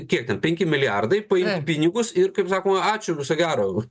kiek ten penki milijardai paimk pinigus ir kaip sakoma ačiū ir viso gero